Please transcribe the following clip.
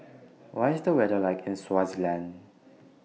What IS The weather like in Swaziland